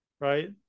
right